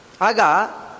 Aga